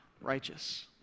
righteous